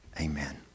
amen